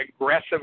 aggressive